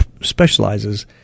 specializes